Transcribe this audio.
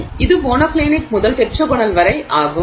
எனவே இது மோனோக்ளினிக் முதல் டெட்ராகனல் வரை ஆகும்